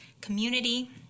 community